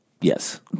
Yes